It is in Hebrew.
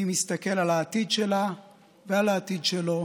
אני מסתכל על העתיד שלה ועל העתיד שלו